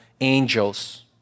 angels